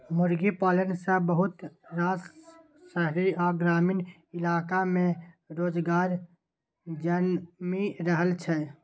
मुर्गी पालन सँ बहुत रास शहरी आ ग्रामीण इलाका में रोजगार जनमि रहल छै